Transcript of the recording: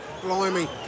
Blimey